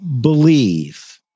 believe